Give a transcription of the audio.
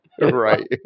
Right